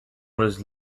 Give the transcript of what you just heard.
was